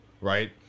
right